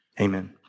amen